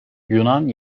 yunan